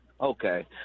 Okay